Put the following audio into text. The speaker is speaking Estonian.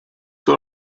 sul